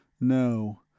No